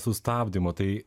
sustabdymo tai